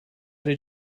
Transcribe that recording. did